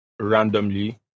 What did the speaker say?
randomly